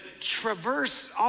traverse